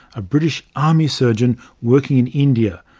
a british army surgeon working in india,